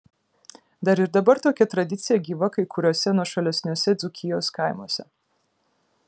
dar ir dabar tokia tradicija gyva kai kuriuose nuošalesniuose dzūkijos kaimuose